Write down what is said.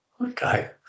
Okay